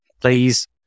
please